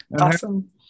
Awesome